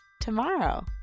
tomorrow